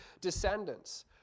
descendants